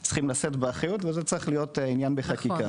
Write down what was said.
הם צריכים לשאת באחריות וזה צריך להיות עניין בחקיקה.